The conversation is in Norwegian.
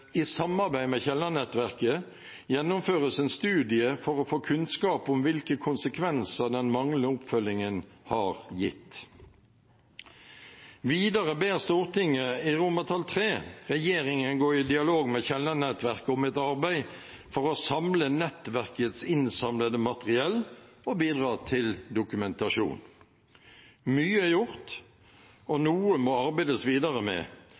i samarbeid med Kielland-nettverket gjennomføres en studie for å få kunnskap om hvilke konsekvenser den manglende oppfølgingen har gitt. Videre ber Stortinget, i III, regjeringen gå i dialog med Kielland-nettverket om et arbeid for å samle nettverkets innsamlede materiell og bidra til dokumentasjon. Mye er gjort, og noe må det arbeides videre med.